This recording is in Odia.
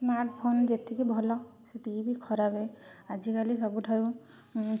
ସ୍ମାର୍ଟଫୋନ ଯେତିକି ଭଲ ସେତିକି ବି ଖରାପେ ଆଜିକାଲି ସବୁଠାରୁ